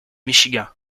michigan